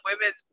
women